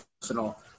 personal